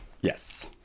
Yes